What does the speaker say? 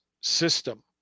system